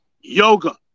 yoga